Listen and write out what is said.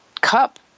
cup